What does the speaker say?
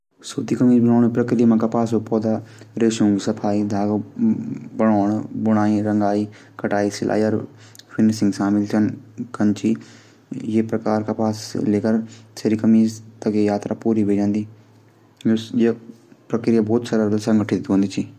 सूती कमीज जू बणे जांदी कुछ इन हूद की जू कपास की खेती करें जांदी फिर फसल काटें जांदी फिर कपास थै साफ करें जांदू फिर वेमा से फाइबर निकलें जादू फिर फाइबर थै सूत मा बदले जांदू फिर सूत थै कतदा छन। फिर बुनदा छन फिर वेमा कपडा डिजाइन रःग डले जांदू फिर कपडा थै कमीज आकार मा कटे जांदू फिर कमीज की सिलाई करें जांदी। फिर प्रेस करें जांदी।